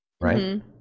right